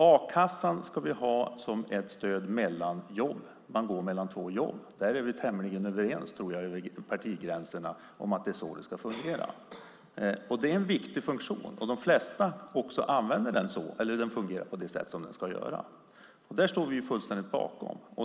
A-kassan ska vi ha som ett stöd när man går mellan två jobb. Jag tror att vi är tämligen överens över partigränserna om att det är så det ska fungera. Det är en viktig funktion, och de flesta använder den också så. Den fungerar på det sätt som den ska göra. Det står vi fullständigt bakom.